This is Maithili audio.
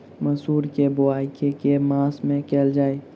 मसूर केँ बोवाई केँ के मास मे कैल जाए?